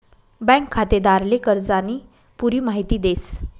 bank खातेदारले कर्जानी पुरी माहिती देस